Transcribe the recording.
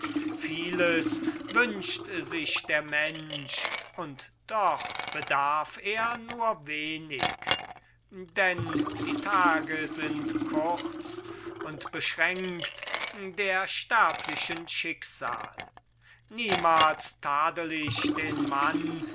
vieles wünscht sich der mensch und doch bedarf er nur wenig denn die tage sind kurz und beschränkt der sterblichen schicksal niemals tadl ich den mann